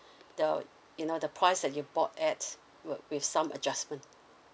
the you know the price that you bought at w~ with some adjustment